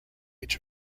age